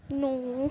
ਨੂੰ